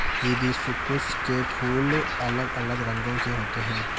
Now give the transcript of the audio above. hibiscus के फूल अलग अलग रंगो के होते है